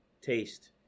taste